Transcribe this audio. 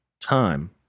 time